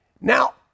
Now